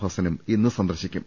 ഹസ്സനും ഇന്ന് സന്ദർശിക്കും